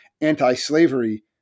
anti-slavery